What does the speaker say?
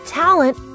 talent